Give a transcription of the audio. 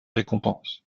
récompenses